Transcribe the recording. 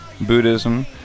Buddhism